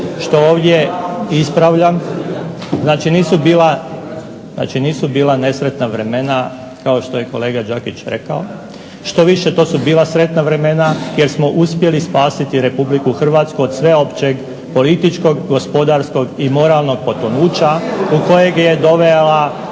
što ovdje ispravljam, znači nisu bila nesretna vremena kao što je kolega Đakić rekao. štoviše, to su bila sretna vremena jer smo uspjeli spasiti Republiku Hrvatsku od sveopćeg političkog, gospodarskog i moralnog potonuća u kojeg je dovela